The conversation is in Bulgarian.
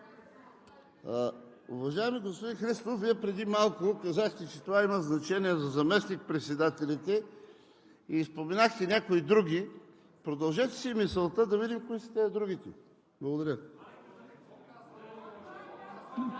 Уважаеми господин Христов, Вие преди малко казахте, че това има значение за заместник-председателите и споменахте някои други, продължете си мисълта, за да видим кои са тези другите. Благодаря.